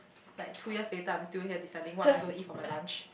like two years later I'm still here deciding what am I gonna eat for my lunch